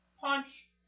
punch